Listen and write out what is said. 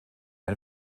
ein